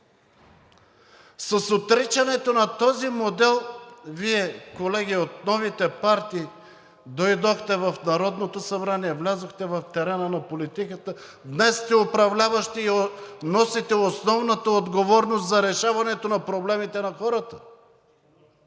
С отричането на този модел Вие, колеги, от новите партии, дойдохте в Народното събрание, влязохте в терена на политиката, днес сте управляващи и носите основната отговорност за решаването на проблемите на хората.